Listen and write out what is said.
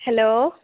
hello